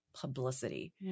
publicity